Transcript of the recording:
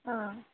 ఆ